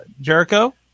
Jericho